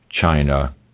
China